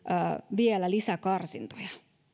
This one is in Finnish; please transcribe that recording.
vielä lisäkarsintoja